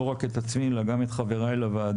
רק את עצמי אלא גם את חבריי לוועדה.